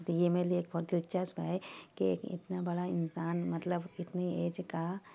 تو یہ میرے لیے ایک بہت دلچسپ ہے کہ اتنا بڑا انسان مطلب اتنی ایج کا